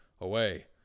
away